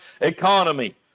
economy